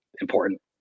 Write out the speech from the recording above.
important